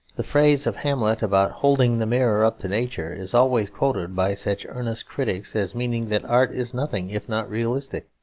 the phrase of hamlet about holding the mirror up to nature is always quoted by such earnest critics as meaning that art is nothing if not realistic.